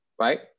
right